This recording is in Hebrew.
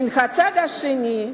מן הצד השני,